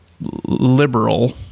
liberal